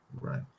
Right